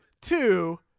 two